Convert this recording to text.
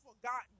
forgotten